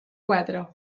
quatre